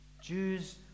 Jews